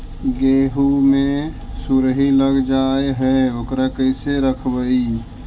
गेहू मे सुरही लग जाय है ओकरा कैसे रखबइ?